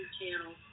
channel